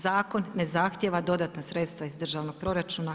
Zakon ne zahtjeva dodatna sredstva iz državnog proračuna.